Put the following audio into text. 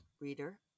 Reader